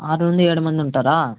ఆరు నుండి ఏడుమందుంటారా